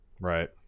Right